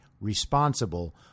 responsible